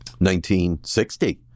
1960